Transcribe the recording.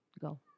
go